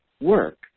work